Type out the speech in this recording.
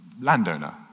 landowner